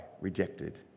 rejected